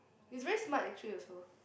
he's very smart actually also